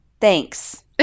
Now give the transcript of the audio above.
thanks